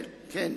כן,